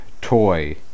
toy